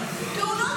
טלי,